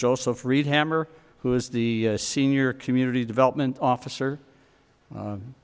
joseph reed hammer who is the senior community development officer